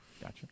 gotcha